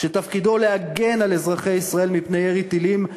כשתפקידו להגן על אזרחי ישראל מפני ירי טילים,